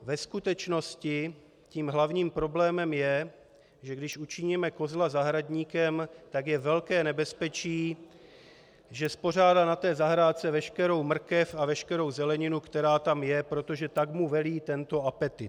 Ve skutečnosti tím hlavním problémem je, že když učiníme kozla zahradníkem, tak je velké nebezpečí, že spořádá na té zahrádce veškerou mrkev a veškerou zeleninu, která tam je, protože tak mu velí tento apetýt.